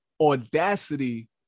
audacity